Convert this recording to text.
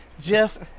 Jeff